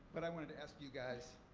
but i wanted to ask you guys,